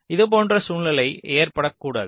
இதுபோன்ற சூழ்நிலை ஏற்படக்கூடாது